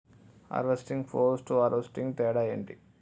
Harvesting, post harvesting తేడా ఏంటి?